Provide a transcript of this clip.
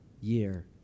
year